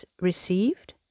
received